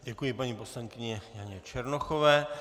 Děkuji paní poslankyni Černochové.